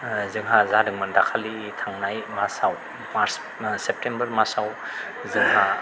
जोंहा जादोंमोन दाखालि थांनाय मासाव मार्च ओ सेप्टेम्बर मासाव जोंहा